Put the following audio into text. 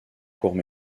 courts